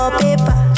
paper